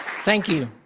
thank you.